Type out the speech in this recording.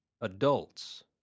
adults